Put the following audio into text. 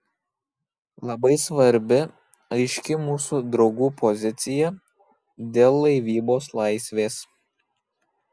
labai svarbi aiški mūsų draugų pozicija dėl laivybos laisvės